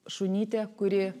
šunytė kuri